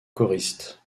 choriste